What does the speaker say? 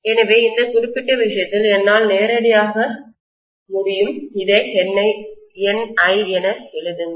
எனவே இந்த குறிப்பிட்ட விஷயத்தில் என்னால் நேரடியாக முடியும் இதை NI என எழுதுங்கள்